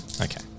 Okay